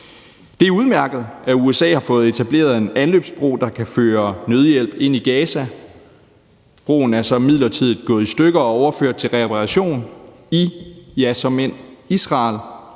Det er udmærket, at USA har fået etableret en anløbsbro, der kan føre nødhjælp ind i Gaza. Broen er så midlertidigt gået i stykker og overført til reparation i, ja, såmænd Israel,